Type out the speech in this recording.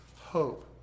hope